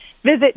Visit